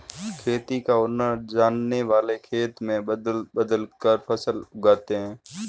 खेती का हुनर जानने वाले खेत में बदल बदल कर फसल लगाते हैं